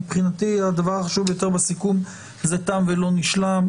מבחינתי, הדבר החשוב ביותר בסיכום זה תם ולא נשלם.